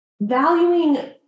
valuing